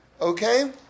okay